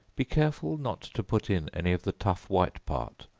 be careful not to put in any of the tough white part,